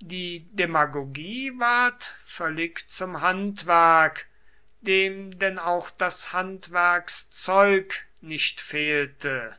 die demagogie ward völlig zum handwerk dem denn auch das handwerkszeug nicht fehlte